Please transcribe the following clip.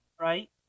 right